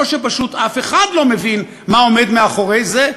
או שפשוט אף אחד לא מבין מה עומד מאחורי זה.